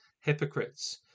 hypocrites